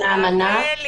בשלוש דקות,